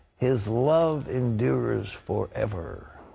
his love endures forever.